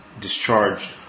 discharged